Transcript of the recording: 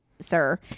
sir